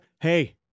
Hey